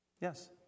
Yes